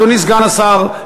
אדוני סגן השר,